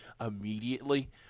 immediately